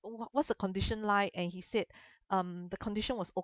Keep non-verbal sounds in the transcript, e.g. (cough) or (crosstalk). what what's the condition like and he said (breath) um the condition was